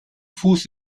fuß